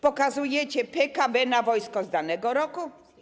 Pokazujecie PKB na wojsko z danego roku.